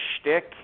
shtick